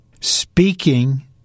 speaking